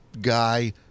guy